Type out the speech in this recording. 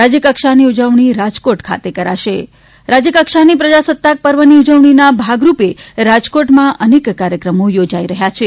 રાજ્યકક્ષાની ઉજવણી રાજકોટ ખાતે કરાશે રાજ્યકક્ષા પ્રજાસત્તાક પર્વની ઉજવણીના ભાગરૂપે રાજકોટમાં અનેક કાર્યક્રમો યોજાઇ રહ્યા છે